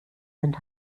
sind